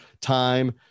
time